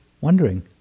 wondering